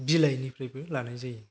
बिलाइनिफ्रायबो लानाय जायो